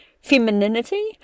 femininity